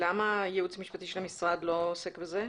למה הייעוץ המשפטי של המשרד לא עוסק בזה?